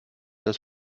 dass